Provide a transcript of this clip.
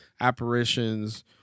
apparitions